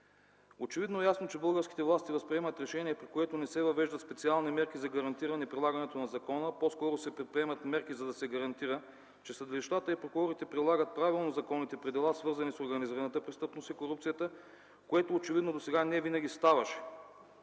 „Очевидно е ясно, че българските власти възприемат решението, с което не се въвеждат специални мерки за гарантиране прилагането на закона, а по-скоро се предприемат мерки, за да се гарантира, че съдилищата и прокурорите прилагат правилно законните правила, свързани с организираната престъпност и корупцията, което очевидно досега невинаги ставаше.”